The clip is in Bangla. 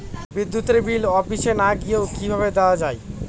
বিদ্যুতের বিল অফিসে না গিয়েও কিভাবে দেওয়া য়ায়?